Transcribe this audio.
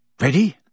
Ready